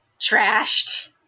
trashed